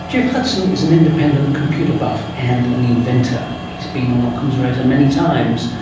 geoff hudson is an independent computer buff, and an inventor. he has been on ockham's razor many times,